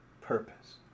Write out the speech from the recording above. purpose